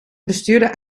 bestuurder